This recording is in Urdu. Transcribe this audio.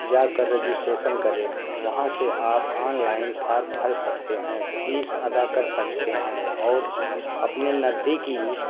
جا کر رجسٹریسن کریں وہاں سے آپ آنلائن پھارم بھر سکتے ہیں فیس ادا کر سکتے ہیں اور اپنے نزدیکی